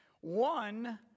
One